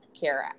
Care